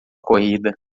corrida